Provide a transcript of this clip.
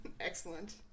excellent